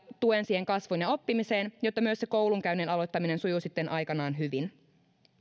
tuen siihen kasvuun ja oppimiseen jotta myös se koulunkäynnin aloittaminen sujuu sitten aikanaan hyvin